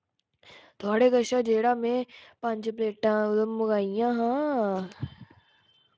थोआढ़े कशा जेह्ड़ा में पंज प्लेटां ओह्दा मंगाइयां हां